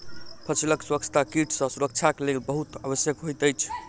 फसीलक स्वच्छता कीट सॅ सुरक्षाक लेल बहुत आवश्यक होइत अछि